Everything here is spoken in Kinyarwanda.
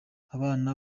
abana